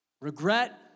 Regret